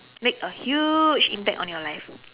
make a huge impact on your life